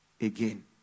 again